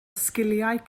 sgiliau